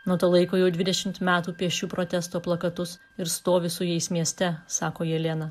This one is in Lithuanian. nuo to laiko jau dvidešimt metų piešiu protesto plakatus ir stovi su jais mieste sako jelena